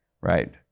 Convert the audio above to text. right